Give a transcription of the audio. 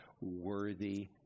worthy